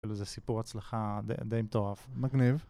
זה סיפור הצלחה די מטורף. מגניב